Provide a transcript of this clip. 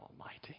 Almighty